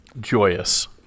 joyous